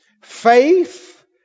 faith